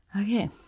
Okay